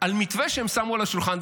על מתווה שהם שמו על השולחן.